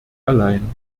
allein